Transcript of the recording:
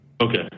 Okay